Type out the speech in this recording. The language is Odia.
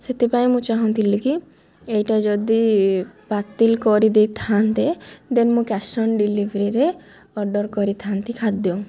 ସେଥିପାଇଁ ମୁଁ ଚାହୁଁଥିଲି କି ଏଇଟା ଯଦି ବାତିଲ କରିଦେଇଥାନ୍ତେ ଦେନ୍ ମୁଁ କ୍ୟାସ୍ ଅନ୍ ଡେଲିଭରିରେ ଅର୍ଡ଼ର୍ କରିଥାନ୍ତି ଖାଦ୍ୟ